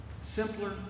Simpler